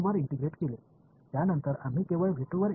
இது உண்மையில் இப்போது மேற்பரப்பில் மட்டுமே இயங்குகிறது